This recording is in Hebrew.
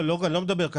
אני מדבר על הכל,